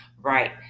right